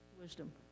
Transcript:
wisdom